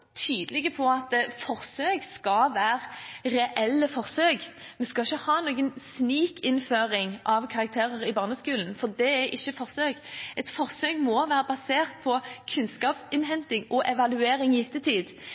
tydelig på at forsøk skal være reelle forsøk. Vi skal ikke ha noen snikinnføring av karakterer i barneskolen, for det er ikke forsøk. Et forsøk må være basert på